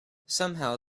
somehow